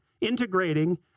integrating